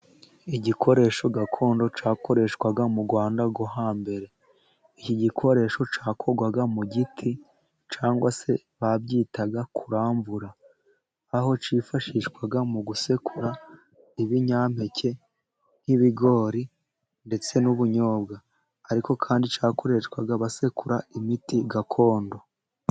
Igikoresho gakondo cyakoreshwaga mu Rwanda rwo hambere, iki gikoresho cyakorwaga mu giti cyangwa se babyitaga kuramvura, aho cyifashishwaga mu gusekura ibinyampeke nk'ibigori ndetse n'ubunyobwa, ariko kandi cyakoreshwaga basekura imiti gakondo.